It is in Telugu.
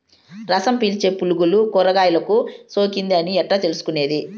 రసం పీల్చే పులుగులు కూరగాయలు కు సోకింది అని ఎట్లా తెలుసుకునేది?